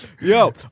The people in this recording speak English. Yo